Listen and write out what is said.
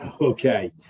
Okay